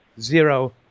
Zero